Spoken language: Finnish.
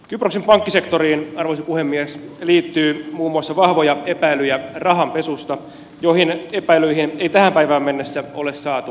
kyproksen pankkisektoriin arvoisa puhemies liittyy muun muassa vahvoja epäilyjä rahanpesusta ja näihin epäilyihin ei tähän päivään mennessä ole saatu selvyyttä